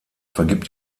vergibt